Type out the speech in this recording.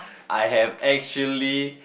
I have actually